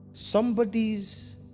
somebody's